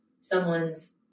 someone's